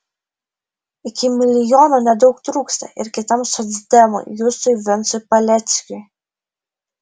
iki milijono nedaug trūksta ir kitam socdemui justui vincui paleckiui